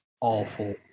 awful